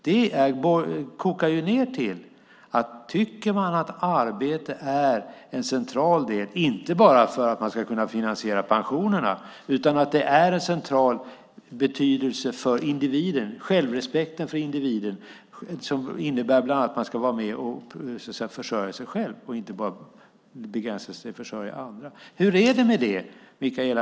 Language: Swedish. Detta handlar ytterst om huruvida man anser att arbete är en central del, inte bara för att finansiera pensionerna utan för individen, för den självrespekt det innebär att man är med och försörjer sig själv och inte bara försörjs av andra.